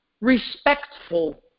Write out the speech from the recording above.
respectful